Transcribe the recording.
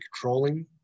controlling